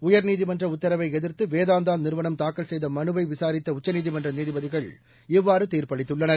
உயர்நீதிமன்ற உத்தரவை எதிர்த்து வேதாந்தா நிறுவனம் தாக்கல் செய்த மனுவை விசாரித்த உச்சநீதிமன்ற நீதிபதிகள் இவ்வாறு தீர்ப்பளித்துள்ளனர்